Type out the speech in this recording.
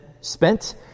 spent